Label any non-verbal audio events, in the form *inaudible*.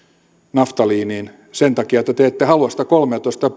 naftaliiniin sen takia että te te ette halua sitä kolmeatoista *unintelligible*